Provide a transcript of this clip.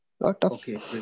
Okay